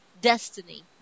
destiny